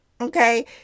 Okay